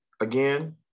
Again